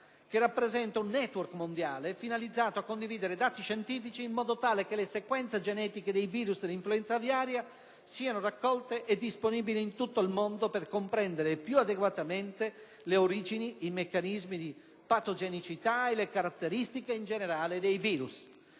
che rappresenta un *network* mondiale finalizzato a condividere dati scientifici, in modo tale che le sequenze genetiche dei virus dell'influenza aviaria siano raccolte e disponibili in tutto il mondo per comprendere più adeguatamente le origini, i meccanismi di patogenicità e le caratteristiche in generale dei virus.